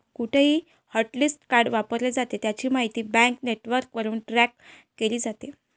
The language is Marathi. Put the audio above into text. कुठेही हॉटलिस्ट कार्ड वापरले जाते, त्याची माहिती बँक नेटवर्कवरून ट्रॅक केली जाते